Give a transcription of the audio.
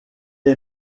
est